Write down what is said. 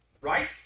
right